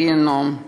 גיהינום.